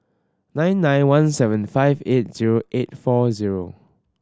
nine nine one seven five eight zero eight four zero